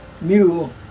mule